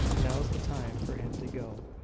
now is the time for him to go.